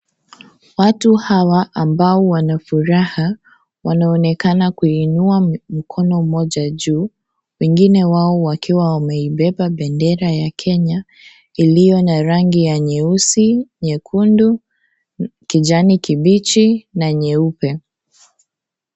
Watu hawa ambao wanafuraha wanaonekana kuinua mikono moja juu wengine wao wakiwa wameibeba bendera ya Kenya iliyo na rangi ya nyeusi nyekundu, kijani kibichi na nyeupe.